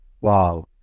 Wow